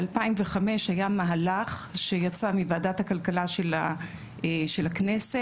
ב-2005 היה מהלך שיצא מוועדת הכלכלה של הכנסת,